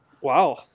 Wow